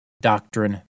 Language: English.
Doctrine